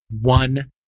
one